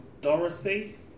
Dorothy